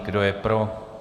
Kdo je pro?